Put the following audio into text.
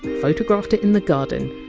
photographed it in the garden,